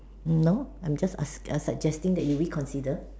no I'm just ask a suggesting that you reconsider